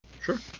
Sure